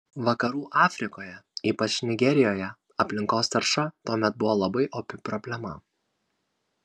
vakarų afrikoje ypač nigerijoje aplinkos tarša tuomet buvo labai opi problema